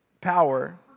power